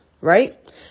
right